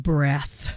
Breath